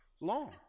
long